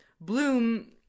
Bloom